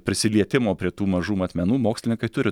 prisilietimo prie tų mažų matmenų mokslininkai turi